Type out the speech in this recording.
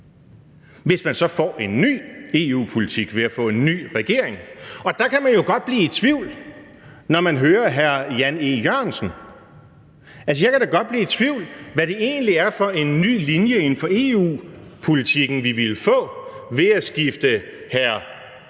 hvis man så får en ny EU-politik ved at få en ny regering. Og der kan man jo godt blive i tvivl, når man hører hr. Jan E. Jørgensen. Altså, jeg kan da godt blive i tvivl om, hvad det egentlig er for en ny linje inden for EU-politikken, vi ville få ved at skifte den